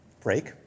break